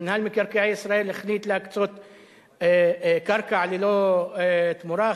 מינהל מקרקעי ישראל החליט להקצות קרקע ללא תמורה,